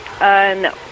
no